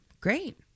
great